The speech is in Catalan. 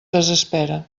desespera